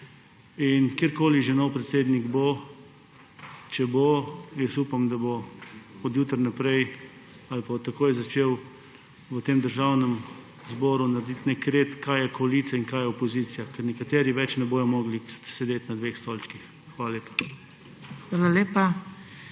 Kdorkoli bo že nov predsednik, če bo, jaz upam, da bo od jutri naprej ali pa da bo takoj začel v tem Državnem zboru delati nek red, kaj je koalicija in kaj je opozicija. Ker nekateri več ne bodo mogli sedeti na dveh stolčkih. Hvala lepa.